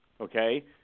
Okay